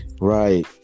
Right